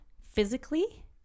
physically